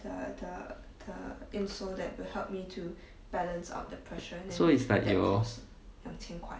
so is like your